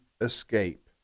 escape